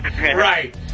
right